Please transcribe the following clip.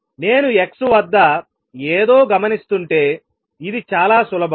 నేను x వద్ద ఏదో గమనిస్తుంటే ఇది చాలా సులభం